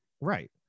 Right